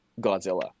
Godzilla